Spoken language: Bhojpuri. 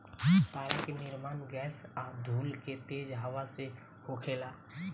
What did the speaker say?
तारा के निर्माण गैस आ धूल के तेज हवा से होखेला